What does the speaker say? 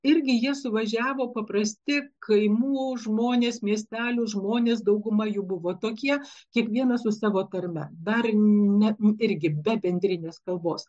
irgi jie suvažiavo paprasti kaimų žmonės miestelių žmonės dauguma jų buvo tokie kiekvienas su savo tarme dar ne irgi be bendrinės kalbos